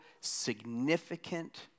significant